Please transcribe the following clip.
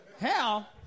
hell